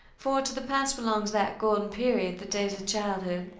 for to the past belongs that golden period, the days of childhood.